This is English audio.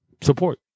support